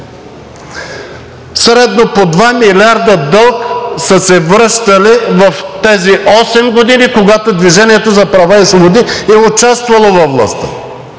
Средно по 2 милиарда дълг са се връщали в тези осем години, когато „Движение за права и свободи“ е участвало във властта.